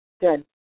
Good